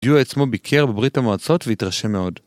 דיוע עצמו ביקר בברית המועצות והתרשם מאוד.